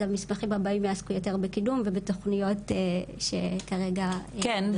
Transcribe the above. אז את המסמכים הבאים יעסקו יותר בקידום ובתוכניות שכרגע- -- כן,